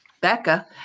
Becca